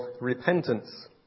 repentance